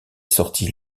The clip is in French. sorti